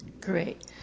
Great